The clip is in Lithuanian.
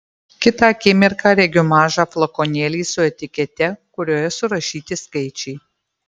kitą akimirką regiu mažą flakonėlį su etikete kurioje surašyti skaičiai